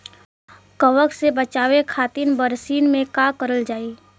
कवक से बचावे खातिन बरसीन मे का करल जाई?